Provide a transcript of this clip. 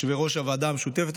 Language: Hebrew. יושבי-ראש הוועדה המשותפת,